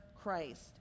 Christ